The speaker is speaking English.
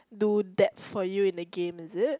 do that for you in the game is it